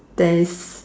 there is